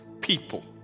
people